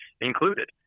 included